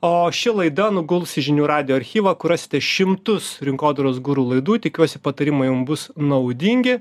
o ši laida nuguls į žinių radijo archyvą kur rasite šimtus rinkodaros guru laidų tikiuosi patarimai jum bus naudingi